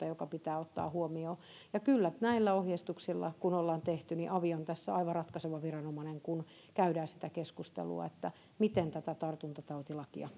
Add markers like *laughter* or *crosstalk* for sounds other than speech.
*unintelligible* joka pitää ottaa huomioon ja kyllä näillä ohjeistuksilla kun ollaan tehty niin avi on tässä aivan ratkaiseva viranomainen kun käydään sitä keskustelua miten tätä tartuntatautilakia *unintelligible*